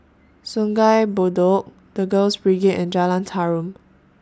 Sungei Bedok The Girls Brigade and Jalan Tarum